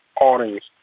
audience